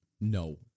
No